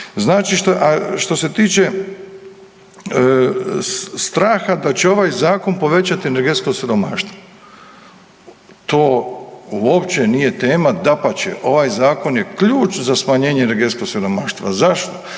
Znači, što se tiče straha da će ovaj Zakon povećati energetsko siromaštvo. To uopće nije tema. Dapače, ovaj Zakon je ključ za smanjenje energetskog siromaštva. Zašto?